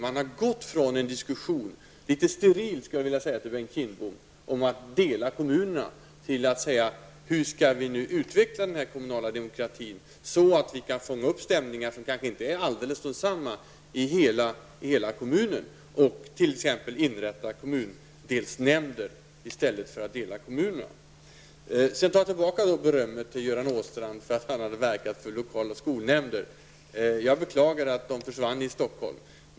Man har gått från en diskussion -- litet sterilt skulle jag vilja säga till Bengt Kindbom -- om att dela kommunerna till att diskutera hur man skall kunna utveckla den kommunala demokratin så att vi kan fånga upp stämningar som kanske inte är helt lika i hela kommunen. Man inrättar t.ex. kommundelsnämnder i stället för att dela kommunerna. Jag tar sedan tillbaka berömmet till Göran Åstrand för att han hade verkat för kommunala skolnämnder. Jag beklagar att de försvann i Stockholm.